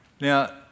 Now